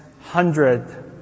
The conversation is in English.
hundred